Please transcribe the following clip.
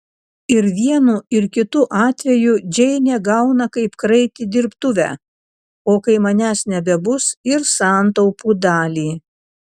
ir vienu ir kitu atveju džeinė gauna kaip kraitį dirbtuvę o kai manęs nebebus ir santaupų dalį